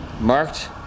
marked